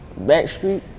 Backstreet